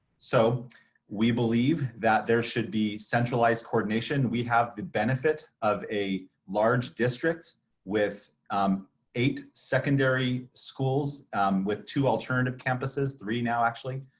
so we believe that there should be centralized coordination. we have benefit of a large district with eight secondary schools with two alternative campuses, three now actually,